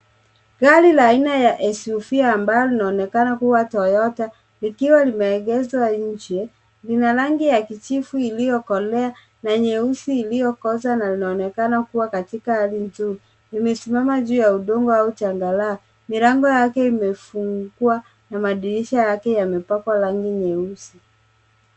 Gari la aina ya SUV ambalo linaonekana kuwa Toyota likiwa limeegeshwa nje, lina rangi ya kijivu iliyokolea na nyeusi iliyokosa na linaonekana kuwa katika hali nzuri. Limesimama juu ya udongo au changarawe. Milango yake imefungwa na madirisha yake yamepakwa rangi nyeusi.